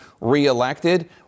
reelected